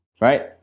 Right